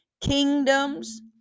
kingdoms